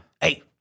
hey